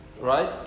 Right